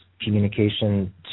communication